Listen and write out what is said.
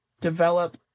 develop